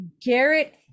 garrett